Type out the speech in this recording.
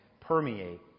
permeate